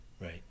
right